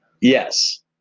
yes